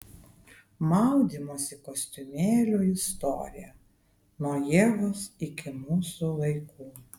maudymosi kostiumėlių istorija nuo ievos iki mūsų laikų